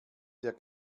der